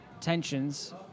tensions